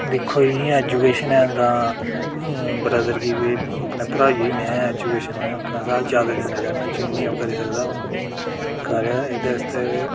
दिक्खो जि'यां एजूकेशन दा ब्रदर गी बी अपने भ्राऊ गी बी में एजूकेशन में अपने शा जादै देना चाह्न्नां जिन्नी अं'ऊ करी सकदा करै एह्दे आस्तै गै